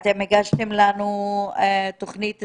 אתם הגשתם לנו תוכנית סדורה.